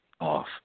off